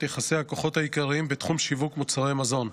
יחסי הכוחות העיקריים בתחום שיווק מוצרי מזון: